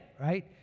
right